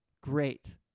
Great